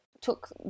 took